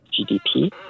GDP